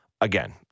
again